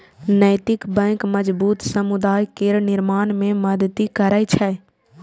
नैतिक बैंक मजबूत समुदाय केर निर्माण मे मदति करै छै